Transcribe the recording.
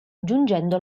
giungendo